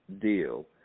deal